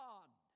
God